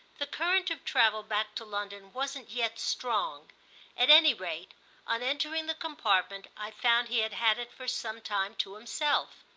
the current of travel back to london wasn't yet strong at any rate on entering the compartment i found he had had it for some time to himself.